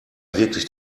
wirklich